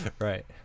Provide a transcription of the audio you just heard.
right